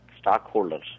stockholders